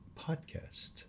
Podcast